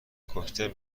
کوکتل